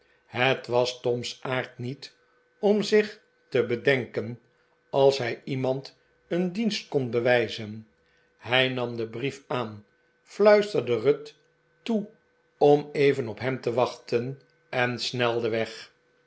het was tom's aard niet om zich te bedenken als hij iemand een dienst kon bewijzen hij nam den brief aan fluisterde ruth toe om even op hem te wachten en snelde weg